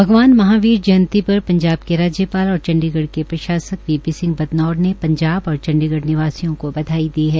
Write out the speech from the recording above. भगवान महावीर जयंती पर पंजाब के राज्यपाल और चंडीगढ़ के प्रशासक बी पी सिंह बदनौर ने पंजाब और चंडीगढ़ निवासियों को बधाई दी है